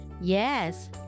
Yes